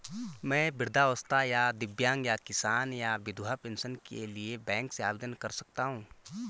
मैं वृद्धावस्था या दिव्यांग या किसान या विधवा पेंशन के लिए बैंक से आवेदन कर सकता हूँ?